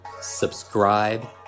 subscribe